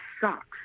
sucks